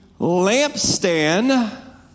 lampstand